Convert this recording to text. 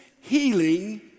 healing